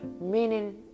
Meaning